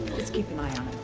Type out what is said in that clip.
just keep an eye on